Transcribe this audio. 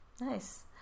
Nice